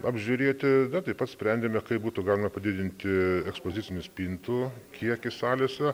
apžiūrėti na taip pat sprendėme kaip būtų galima padidinti ekspozicinių spintų kiekį salėse